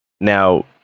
Now